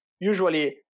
usually